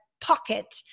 pocket